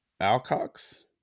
Alcox